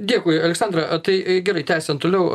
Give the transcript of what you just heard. dėkui aleksandra tai gerai tęsiant toliau